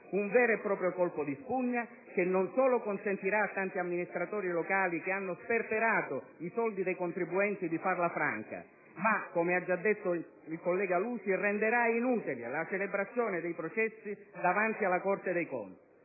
Un vero e proprio colpo di spugna che non solo consentirà a tanti amministratori locali che hanno sperperato i soldi dei contribuenti di farla franca, ma - come ha già detto il collega Lusi - renderà inutile la celebrazione dei processi davanti alla Corte dei conti.